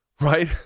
Right